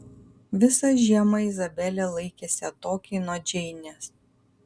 visą žiemą izabelė laikėsi atokiai nuo džeinės